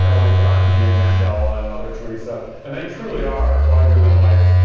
you know like gandhi and mandela and mother teresa and they truly are larger than life